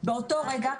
באותו רגע,